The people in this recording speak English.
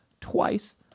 twice